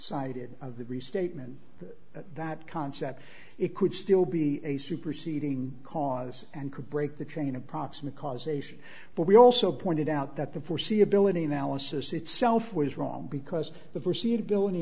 cited of the restatement of that concept it could still be a superseding cause and could break the chain approximate causation but we also pointed out that the foreseeability analysis itself was wrong because the proceed